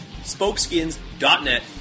spokeskins.net